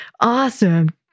awesome